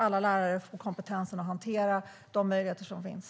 Alla lärare bör få kompetens att hantera de möjligheter som finns.